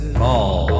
fall